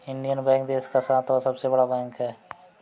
Indian Bank देश का सातवां सबसे बड़ा बैंक है